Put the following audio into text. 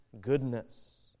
goodness